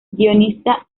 guionista